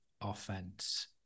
offense